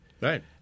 Right